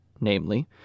Namely